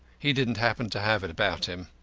he didn't happen to have it about him.